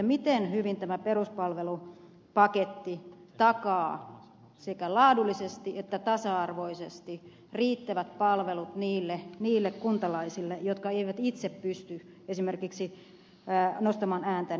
miten hyvin tämä peruspalvelupaketti takaa sekä laadullisesti että tasa arvoisesti riittävät palvelut niille kuntalaisille jotka eivät itse pysty esimerkiksi nostamaan ääntään